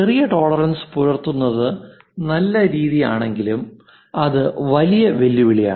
ചെറിയ ടോളറൻസ് പുലർത്തുന്നത് നല്ല രീതിയാണെങ്കിലും അത് വലിയ വെല്ലുവിളിയാണ്